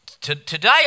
today